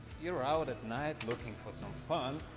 you are out at night, looking for some fun,